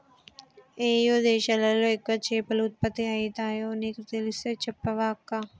ఏయే దేశాలలో ఎక్కువ చేపలు ఉత్పత్తి అయితాయో నీకు తెలిస్తే చెప్పవ అక్కా